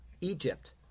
Egypt